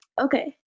Okay